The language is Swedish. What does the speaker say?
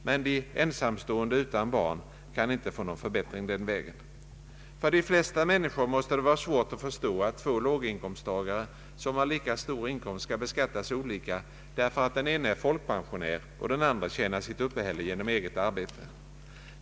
Men de ensamstående utan barn kan inte få någon förbättring den vägen. För de flesta människor måste det vara svårt att förstå att två låginkomsttagare som har lika stor inkomst skall beskattas olika därför att den ene är folkpensionär och den andre tjänar sitt uppehälle genom eget arbete.